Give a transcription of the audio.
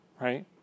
right